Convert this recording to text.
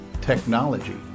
technology